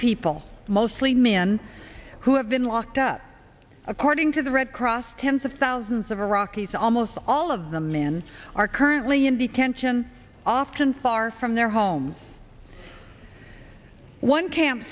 people mostly men who have been locked up according to the red cross tens of thousands of iraqis almost all of them men are currently in detention often far from their homes one camp